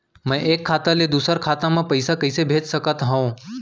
मैं एक खाता ले दूसर खाता मा पइसा कइसे भेज सकत हओं?